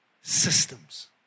systems